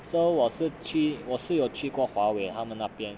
so 我是去我是有去过 huawei 他们那边